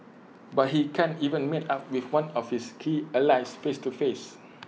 but he can't even meet up with one of his key allies face to face